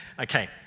Okay